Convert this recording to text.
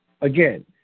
Again